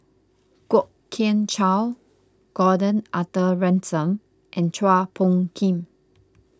Kwok Kian Chow Gordon Arthur Ransome and Chua Phung Kim